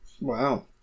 Wow